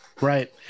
right